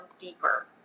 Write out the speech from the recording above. deeper